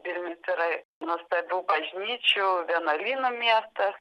vilnius yra nuostabių bažnyčių vienuolynų miestas